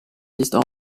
listes